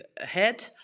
ahead